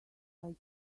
like